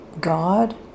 God